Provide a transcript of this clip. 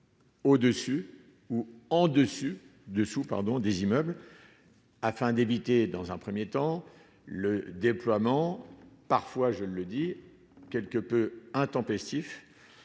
Au-dessus ou en-dessus dessous, pardon, des immeubles afin d'éviter, dans un 1er temps le déploiement parfois, je le dis quelque peu intempestifs.